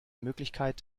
möglichkeit